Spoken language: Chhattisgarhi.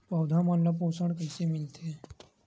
पौधा मन ला पोषण कइसे मिलथे?